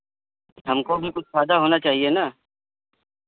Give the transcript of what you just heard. हमको भी कुछ फ़ायदा होना चाहिए ना